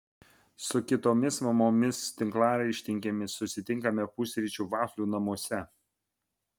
su kitomis mamomis tinklaraštininkėmis susitinkame pusryčių vaflių namuose